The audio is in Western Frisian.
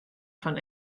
fan